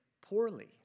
poorly